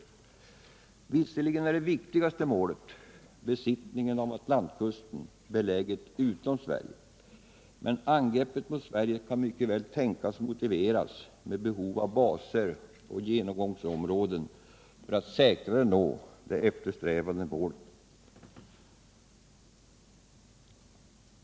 Visserligen är det viktigaste målet — besittningen av Atlantkusten — beläget utom Sverige. Men ett angrepp mot Sverige kan mycket väl tänkas motiveras av behovet av baser och genomgångsområden för att säkrare nå det eftersträvade målet.